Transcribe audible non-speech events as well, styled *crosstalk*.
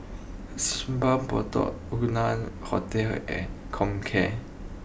Simpang Bedok *unintelligible* Hotel and Comcare